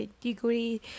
degree